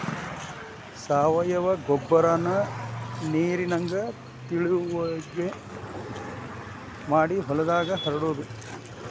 ಸಾವಯುವ ಗೊಬ್ಬರಾನ ನೇರಿನಂಗ ತಿಳುವಗೆ ಮಾಡಿ ಹೊಲದಾಗ ಹರಡುದು